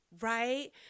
Right